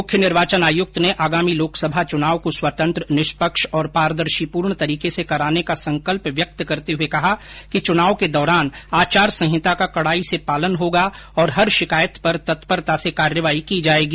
मुख्य निर्वाचन आयुक्त ने आगामी लोकसभा चुनाव को स्वतंत्र निष्पक्ष और पारदर्शीपूर्ण तरीके से कराने का संकल्प व्यक्त करते हुए कहा कि चुनाव के दौरान आचार संहिता का कड़ाई से पालन होगा और हर शिकायत पर तत्परता से कार्रवाई की जाएगी